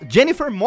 Jennifer